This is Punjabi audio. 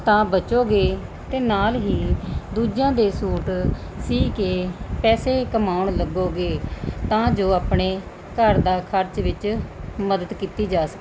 ਤਾਂ ਬਚੋਗੇ ਅਤੇ ਨਾਲ ਹੀ ਦੂਜਿਆਂ ਦੇ ਸੂਟ ਸਿਓਂ ਕੇ ਪੈਸੇ ਕਮਾਉਣ ਲੱਗੋਗੇ ਤਾਂ ਜੋ ਆਪਣੇ ਘਰ ਦੇ ਖਰਚ ਵਿੱਚ ਮਦਦ ਕੀਤੀ ਜਾ ਸਕੇ